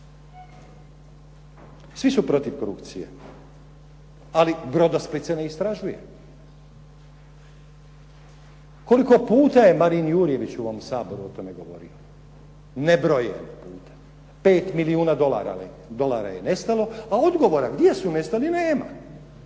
Svi su protiv korupcije, ali "Brodosplit" se ne istražuje. Koliko puta je Marin Jurjević u ovom Saboru o tome govorio? Nebrojeno puta. 5 milijuna dolara je nestalo, a odgovorni gdje su nestali, nema.